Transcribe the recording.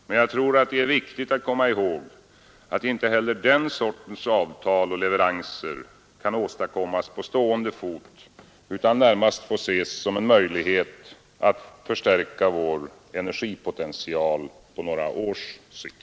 Men jag tror att det är viktigt att komma ihåg, att inte heller den sortens avtal och leveranser kan åstadkommas på stående fot utan närmast får ses som en möjlighet att förstärka vår energipotential på några års sikt.